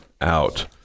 out